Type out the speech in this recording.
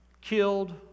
killed